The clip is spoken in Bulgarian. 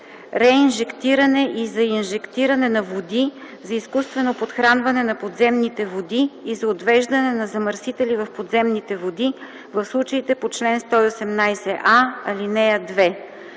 реинжектиране и за инжектиране на води, за изкуствено подхранване на подземните води и за отвеждане на замърсители в подземните води – в случаите по чл. 118а, ал.